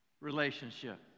relationship